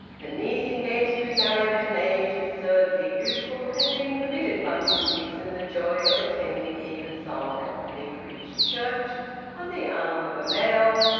the niece, engaged to be married at an age absurdly youthful, had been permitted by mrs nixon the joy of attending evensong at the bleakridge church on the arm of a male,